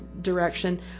direction